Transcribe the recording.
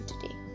today